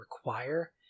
require